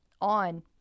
on